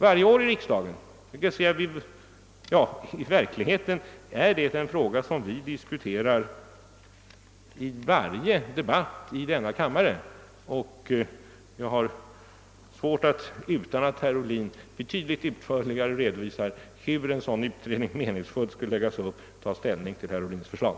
Under nästan varje debatt i denna kammare berör man problem som sammanhänger med det statliga inflytandet. Utan att herr Ohlin betydligt utförligare redovisar hur en utredning skulle läggas upp för att ge ett meningsfullt resultat, har jag därför svårt att ta ställning till herr Ohlins förslag.